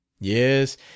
Yes